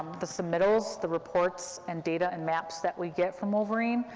the submittals, the reports, and data, and maps that we get from wolverine,